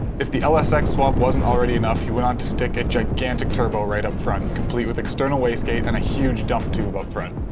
if the lsx swap wasn't already enough, he went on to stick a gigantic turbo right up front complete with external waste gate and a huge dump tube up front.